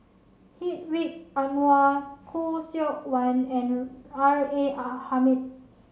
Hedwig Anuar Khoo Seok Wan and R A R Hamid